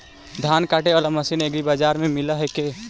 धान काटे बाला मशीन एग्रीबाजार पर मिल है का?